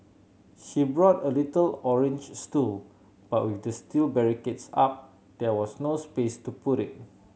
she brought a little orange stool but with the steel barricades up there was no space to put it